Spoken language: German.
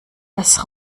das